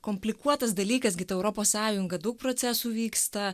komplikuotas dalykas gi ta europos sąjunga daug procesų vyksta